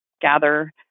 gather